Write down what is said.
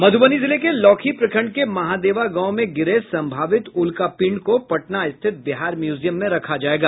मध्बनी जिले के लौकही प्रखंड के महादेवा गांव में गिरे संभावित उल्कापिंड को पटना स्थित बिहार म्यूजियम में रखा जायेगा